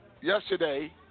Yesterday